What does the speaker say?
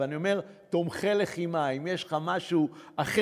אז אני אומר "תומכי לחימה"; אם יש לך משהו אחר,